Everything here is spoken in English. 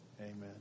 amen